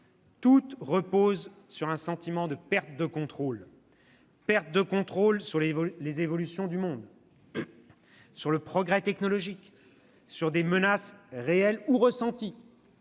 Toutes reposent sur un sentiment de " perte de contrôle ": perte de contrôle sur les évolutions du monde, sur le progrès technologique, sur des menaces réelles ou ressenties,